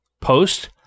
post